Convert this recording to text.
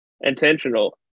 intentional